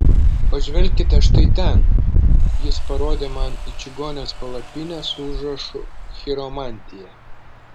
pažvelkite štai ten jis parodė man į čigonės palapinę su užrašu chiromantija